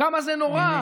כמה זה נורא,